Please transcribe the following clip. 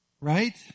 Right